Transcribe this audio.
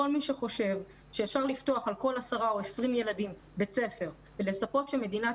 כל מי שחושב שאפשר לפתוח על כל 10 או 20 ילדים בית ספר ולצפות שמדינת